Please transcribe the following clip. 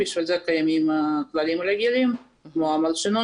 לכן קיימים הכללים הרגילים כמו המלשינון